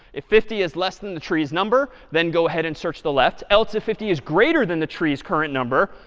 if fifty is less than the tree's number, then go ahead and search the left. else if fifty is greater than the tree's current number,